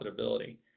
profitability